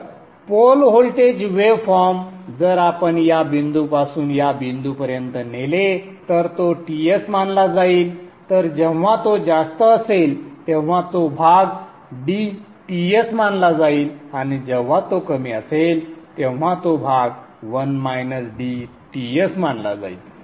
तर pole voltage wave form जर आपण या बिंदूपासून या बिंदूपर्यंत नेले तर तो Ts मानला जाईल तर जेव्हा तो जास्त असेल तेव्हा तो भाग dTs मानला जाईल आणि जेव्हा तो कमी असेल तेव्हा तो भाग 1 - dTs मानला जाईल